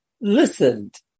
Listened